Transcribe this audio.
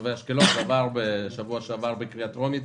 לתושבי אשקלון, שעברה בשבוע שעבר בקריאה הטרומית.